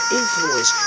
influence